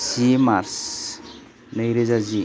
जि March नैरोजा जि